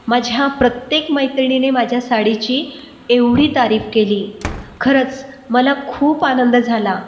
माझ्या प्रत्येक मैत्रिणीने माझ्या साडीची एवढी तारीफ केली खरचं मला खूप आनंद झाला